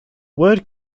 word